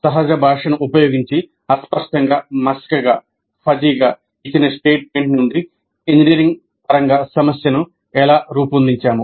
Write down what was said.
సహజ భాషను ఉపయోగించి అస్పష్టంగా మసకగా ఇచ్చిన స్టేట్మెంట్ నుండి ఇంజనీరింగ్ పరంగా సమస్యను ఎలా రూపొందించాము